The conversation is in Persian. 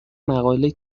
مقاله